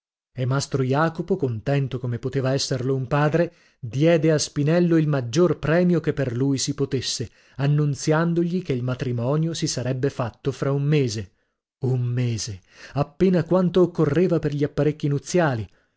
e mastro jacopo contento come poteva esserlo un padre diede a spinello il maggior premio che per lui si potesse annunziandogli che il matrimonio si sarebbe fatto fra un mese un mese appena quanto occorreva per gli apparecchi nuziali